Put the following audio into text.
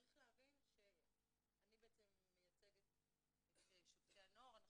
אני מייצגת את שופטי הנוער,